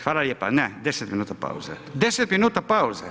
Hvala lijepa, ne, 10 minuta pauze, 10 minuta pauze.